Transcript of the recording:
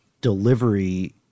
delivery